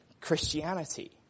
Christianity